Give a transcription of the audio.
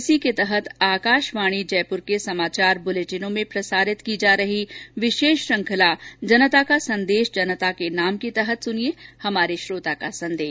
इसी के तहत आकाशवाणी जयपुर के समाचार बुलेटिनों में प्रसारित की जा रही विशेष श्रुखंला जनता का संदेश जनता के नाम के तहत सुनिये हमारे श्रोता का संदेश